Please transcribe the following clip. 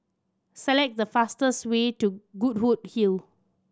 select the fastest way to Goodwood Hill